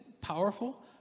powerful